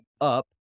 up